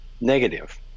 negative